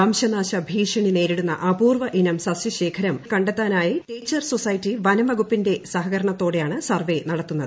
വംശനാശ ഭീഷണി നേരിടുന്ന് അപ്മൂർവ ഇനം സസ്യശേഖരം കണ്ടെത്താനായി നേച്ചർ ക്സ്ടാസെറ്റി വനംവകുപ്പിന്റെ സഹകരണത്തോടെയൂണ് സർവ്വേ നടത്തുന്നത്